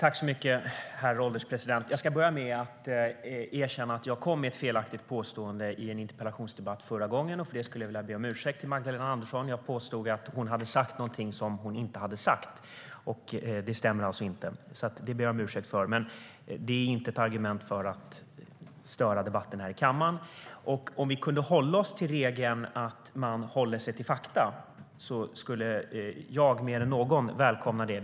Herr ålderspresident! Jag ska börja med att erkänna att jag kom med ett felaktigt påstående i en tidigare interpellationsdebatt. För det skulle jag vilja be om ursäkt till Magdalena Andersson. Jag påstod att hon hade sagt någonting som hon inte hade sagt. Det stämmer alltså inte. Det ber jag om ursäkt för. Men det är inte ett argument för att störa debatten i kammaren. Jag skulle mer än någon välkomna om vi kunde hålla oss till regeln att hålla sig till fakta.